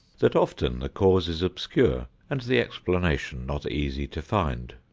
that often the cause is obscure and the explanation not easy to find.